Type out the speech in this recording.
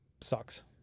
sucks